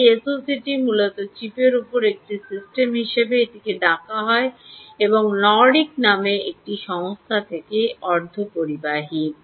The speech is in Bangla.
এই এসওসিটি মূলত চিপের উপর একটি সিস্টেম হিসাবে এটি ডাকা হয় বলা হয় নর্ডিক নামে একটি সংস্থা থেকে অর্ধপরিবাহী